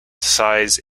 size